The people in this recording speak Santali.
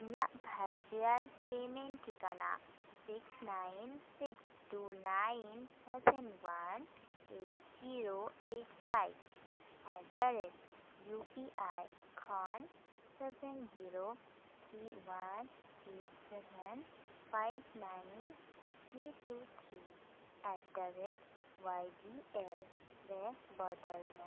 ᱤᱧᱟᱹᱜ ᱵᱷᱟᱨᱪᱩᱣᱟᱞ ᱯᱮᱢᱮᱱᱴ ᱴᱷᱤᱠᱟᱹᱱᱟ six nine six two nine seven one eight zero eight five at the rate U P I ᱠᱷᱚᱱ seven zero three one eight seven five nine three two three at the rate Y B L ᱨᱮ ᱵᱚᱫᱚᱞ ᱢᱮ